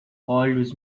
olhos